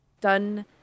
done